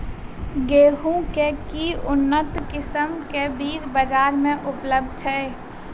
गेंहूँ केँ के उन्नत किसिम केँ बीज बजार मे उपलब्ध छैय?